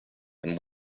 and